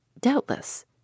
Doubtless